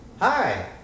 Hi